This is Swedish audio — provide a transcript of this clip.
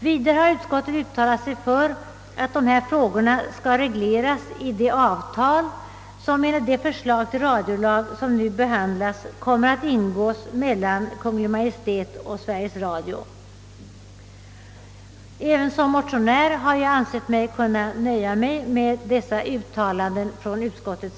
Vidare har utskottet uttalat sig för att dessa frågor skall regleras i det avtal, vilket enligt det förslag till radiolag som nu behandlas kommer att ingås mellan Kungl. Maj:t och Sveriges Radio. Även som motionär har jag ansett mig kunna nöja mig med dessa uttalanden av utskottet.